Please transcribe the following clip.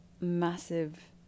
massive